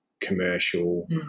commercial